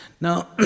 Now